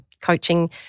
coaching